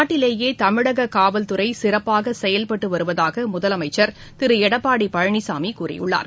நாட்டிலேயே தமிழக காவல்துறை சிறப்பாக செயல்பட்டு வருவதாக முதலமைச்சர் திரு எடப்பாடி பழனிசாமி கூறியுள்ளார்